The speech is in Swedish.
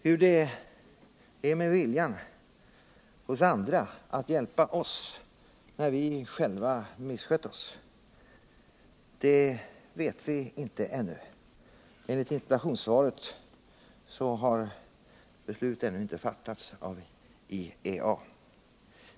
Hur det är med viljan hos andra att hjälpa oss när vi själva misskött oss, vet vi ännu inte. Enligt interpellationssvaret har beslut ännu inte fattats av IEA.